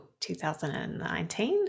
2019